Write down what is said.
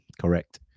Correct